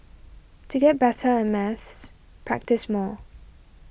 to get better at maths practise more